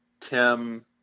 Tim